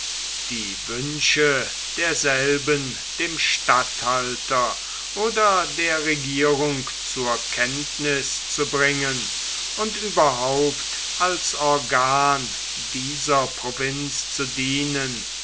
die wünsche derselben dem statthalter oder der regierung zur kenntnis zu bringen und überhaupt als organ dieser provinz zu dienen